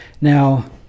Now